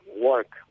work